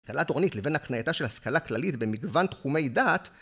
השכלה תורנית לבין הקנייתה של השכלה כללית במגוון תחומי דעת